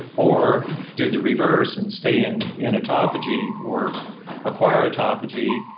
or do the reverse and stay in in autophagy or acquire autophagy,